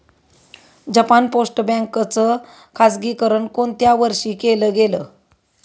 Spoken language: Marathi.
जपान पोस्ट बँक च खाजगीकरण कोणत्या वर्षी केलं गेलं?